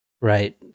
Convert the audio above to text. Right